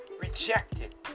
rejected